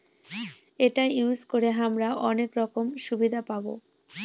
এটা ইউজ করে হামরা অনেক রকম সুবিধা পাবো